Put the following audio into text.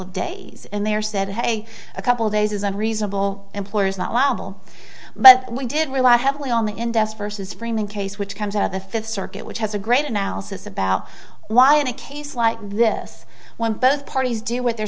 of days and there said hey a couple days is a reasonable employer is not liable but we did rely heavily on the index first is framing case which comes out of the fifth circuit which has a great analysis about why in a case like this when both parties do what they're